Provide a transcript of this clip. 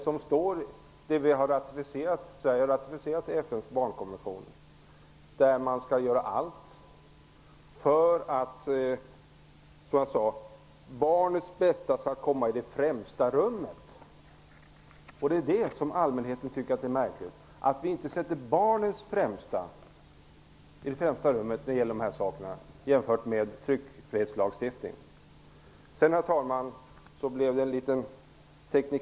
Men med tanke på att Sverige ratificerat FN:s barnkonvention skall vi göra allt för att barnens bästa skall komma i främsta rummet. Därför tycker allmänheten att det är märkligt att vi inte sätter barnen i främsta rummet i förhållande till tryckfrihetslagstiftning. Herr talman!